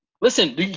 Listen